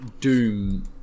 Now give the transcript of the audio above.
Doom